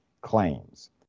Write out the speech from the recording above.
claims